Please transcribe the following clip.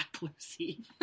Lucy